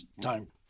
time